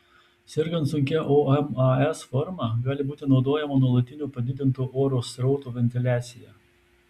sergant sunkia omas forma gali būti naudojama nuolatinio padidinto oro srauto ventiliacija